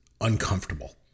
uncomfortable